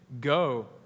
Go